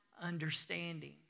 understanding